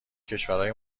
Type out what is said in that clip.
کشورهای